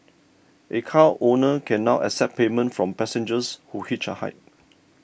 a car owner can now accept payment from passengers who hitch a ride